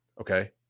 okay